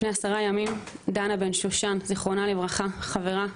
לפני עשרה ימים דנה בן-שושן - זיכרונה לברכה חברה,